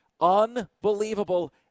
unbelievable